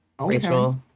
Rachel